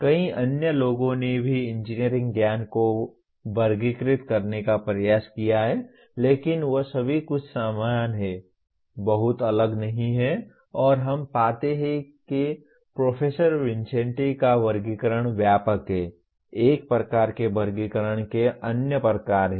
कई अन्य लोगों ने भी इंजीनियरिंग ज्ञान को वर्गीकृत करने का प्रयास किया है लेकिन वे सभी कुछ समान हैं बहुत अलग नहीं हैं और हम पाते हैं कि प्रोफेसर विन्सेंटी का वर्गीकरण व्यापक है एक प्रकार के वर्गीकरण के अन्य प्रकार हैं